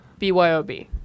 BYOB